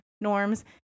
norms